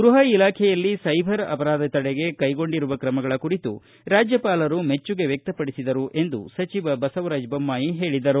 ಗೃಪ ಇಲಾಖೆಯಲ್ಲಿ ಸೈಬರ್ ಅಪರಾಧ ತಡೆಗೆ ಕೈಗೊಂಡಿರುವ ಕ್ರಮಗಳ ಕುರಿತು ರಾಜ್ಯಪಾಲರು ಮೆಚ್ಚುಗೆ ವ್ಯಕ್ತಪಡಿಸಿದರು ಎಂದು ಸಚಿವ ಬಸವರಾಜ ಬೊಮ್ಮಾಯಿ ಹೇಳಿದರು